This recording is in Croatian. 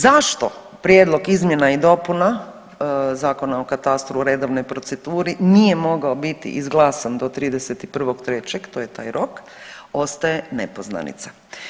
Zašto prijedlog izmjena i dopuna Zakona o katastru u redovnoj proceduri nije mogao biti izglasan do 31.3. to je taj rok ostaje nepoznanica.